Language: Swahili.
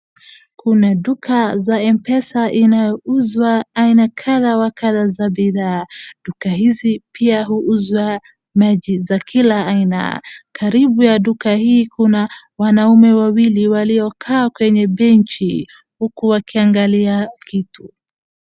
kuna duka za M-pesa inauzwa aina kadha wa kadha za bidhaa. Duka hizi pia huuzwa maji za kila aina. Karibu ya duka hii kuna wanaume wawili waliokaa kwenye benchi huku wakiangalia kitu.